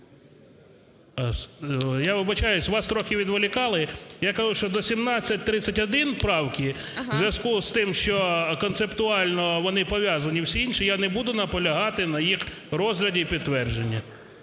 Я вибачаюся, вас трохи відволікали, я кажу, що до 1731 правки у зв'язку з тим, що концептуально вони пов'язані, всі інші я не буду наполягати на їх розгляді і підтвердженні.